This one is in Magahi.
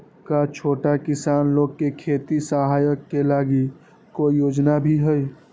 का छोटा किसान लोग के खेती सहायता के लगी कोई योजना भी हई?